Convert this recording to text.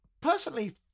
Personally